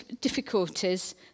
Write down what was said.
difficulties